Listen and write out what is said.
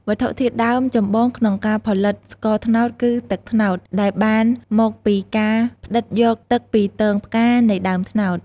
វត្ថុធាតុដើមចម្បងក្នុងការផលិតស្ករត្នោតគឺ ទឹកត្នោត ដែលបានមកពីការផ្ដិតយកទឹកពីទងផ្កានៃដើមត្នោត។